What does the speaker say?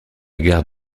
gare